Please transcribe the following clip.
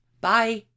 Bye